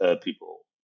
people